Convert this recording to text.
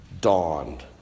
Dawned